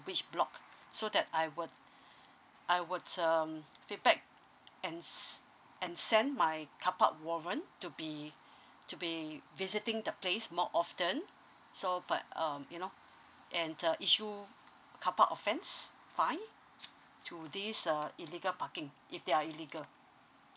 which block so that I would I would um feedback ands and send my carpark warrant to be to be visiting the place more often so but um you know and the issue carpark offend's fine to this uh illegal parking if they are illegal